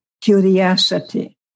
Curiosity